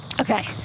Okay